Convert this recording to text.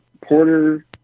Porter